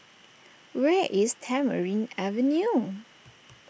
where is Tamarind Avenue